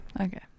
okay